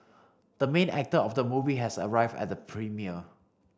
the main actor of the movie has arrived at the premiere